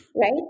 right